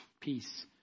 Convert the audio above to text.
peace